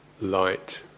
light